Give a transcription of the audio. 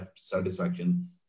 satisfaction